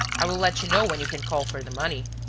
i will let you know when you can call for the money.